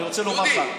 אני רוצה לומר לך,